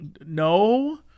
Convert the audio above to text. no